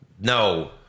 No